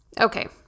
Okay